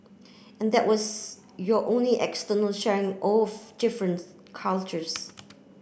and that was your only external sharing of different cultures